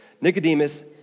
Nicodemus